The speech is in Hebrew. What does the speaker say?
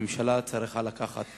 הממשלה צריכה לקחת אחריות,